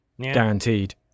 Guaranteed